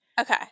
Okay